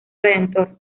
redentor